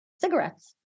Cigarettes